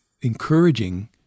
encouraging